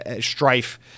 strife